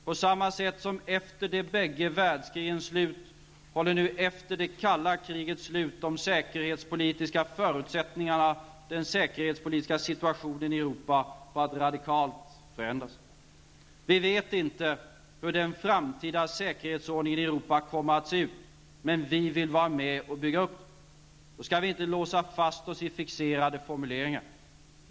På samma sätt som efter de bägge världskrigens slut håller nu efter det kalla krigets slut den säkerhetspolitiska situationen i Europa på att radikalt förändras. Vi vet inte hur den framtida säkerhetsordningen i Europa kommer att se ut, men vi vill vara med och bygga upp den. Då kan vi inte låsa fast oss i fixerade formuleringar.